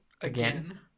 again